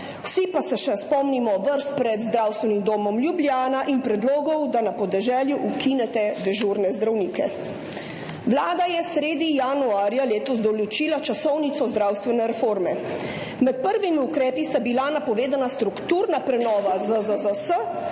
Vsi pa se še spomnimo vrst pred Zdravstvenim domom Ljubljana in predlogov, da na podeželju ukinete dežurne zdravnike. Vlada je sredi januarja letos določila časovnico zdravstvene reforme. Med prvimi ukrepi sta bila napovedana strukturna prenova ZZZS,